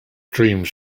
dreams